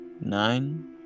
nine